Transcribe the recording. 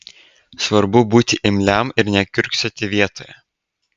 svarbu būti imliam ir nekiurksoti vietoje